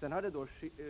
Sedan har det